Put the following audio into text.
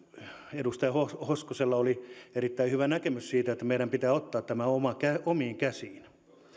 edustaja hoskosella oli erittäin hyvä näkemys tästä että meidän pitää ottaa tämä omiin käsiin